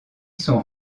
sont